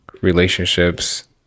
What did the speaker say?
relationships